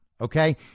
Okay